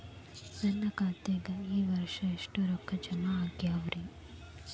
ನನ್ನ ಖಾತೆದಾಗ ಈ ವರ್ಷ ಎಷ್ಟು ರೊಕ್ಕ ಜಮಾ ಆಗ್ಯಾವರಿ?